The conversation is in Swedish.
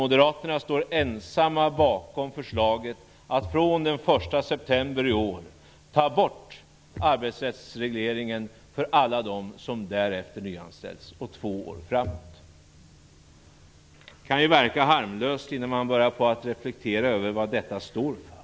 Moderaterna står ensamma bakom förslaget att från den 1 september i år ta bort arbetsrättsregleringen för alla dem som därefter nyanställs under två år framöver. Förslaget kan ju verka harmlöst innan man börjar att reflektera över vad det hela står för.